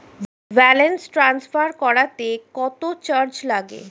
Balance transfer করতে কত charge লাগে?